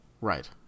Right